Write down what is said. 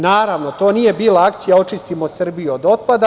Naravno, to nije bila akcija očistimo Srbiju od otpada.